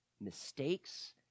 mistakes